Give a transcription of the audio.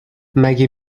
مگه